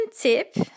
tip